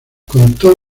contó